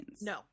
no